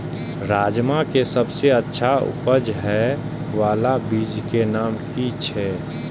राजमा के सबसे अच्छा उपज हे वाला बीज के नाम की छे?